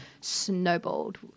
snowballed